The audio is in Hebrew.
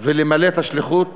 ולמלא את השליחות